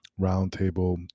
roundtable